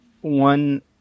one